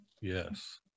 Yes